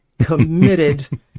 committed